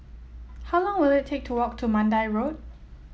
how long will it take to walk to Mandai Road